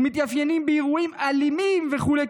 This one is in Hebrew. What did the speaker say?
ומתאפיינים באירועים אלימים וכו',